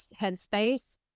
headspace